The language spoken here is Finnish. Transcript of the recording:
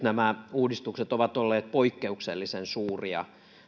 uudistukset ovat olleet poikkeuksellisen suuria